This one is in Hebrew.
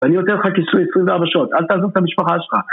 אני נותן לך כיסוי עשרים וארבע שעות, אל תעזוב את המשפחה שלך